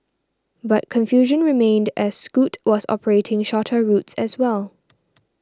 but confusion remained as Scoot was operating shorter routes as well